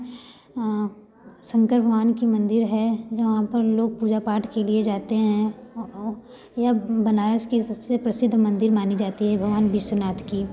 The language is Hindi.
शंकर भगवान की मंदिर है जहाँ पर लोग पूजा पाठ के लिए जाते हैं या बनारस की सबसे प्रसिद्ध मंदिर मानी जाती है भगवान विश्वनाथ की